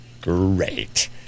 great